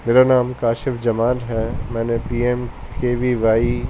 میرا نام کاشف جمال ہے میں نے P M K V Y